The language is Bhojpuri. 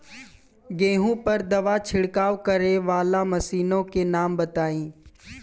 गेहूँ पर दवा छिड़काव करेवाला मशीनों के नाम बताई?